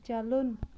چَلُن